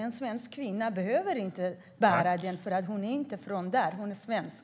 En svensk kvinna ska inte behöva bära slöja i Iran, för hon är inte därifrån utan svensk.